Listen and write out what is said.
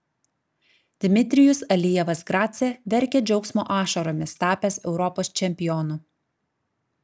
dmitrijus alijevas grace verkė džiaugsmo ašaromis tapęs europos čempionu